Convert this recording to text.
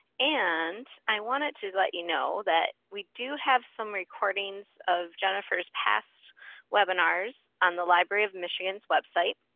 and i wanted to let you know that we do have some recordings of jenifer's past webinars on the library of michigan's website.